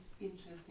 interesting